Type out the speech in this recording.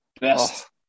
best